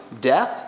death